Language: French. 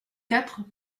quatre